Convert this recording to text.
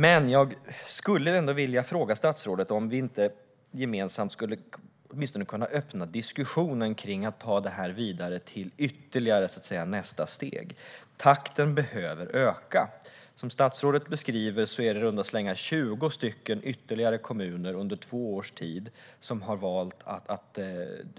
Men jag skulle ändå vilja fråga statsrådet om vi inte gemensamt åtminstone skulle kunna öppna diskussionen om att ta detta vidare till nästa steg. Takten behöver öka. Som statsrådet beskriver har det i runda slängar tillkommit ytterligare 20 kommuner på två års tid som har valt att